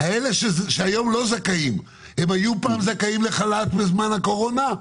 אלה שהיום לא זכאים הם היו פעם זכאים לחל"ת בזמן הקורונה?